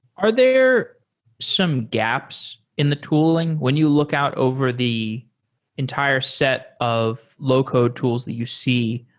are there some gaps in the tooling? when you look out over the entire set of low-code tools that you see,